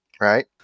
Right